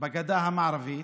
בגדה המערבית,